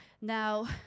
Now